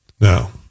Now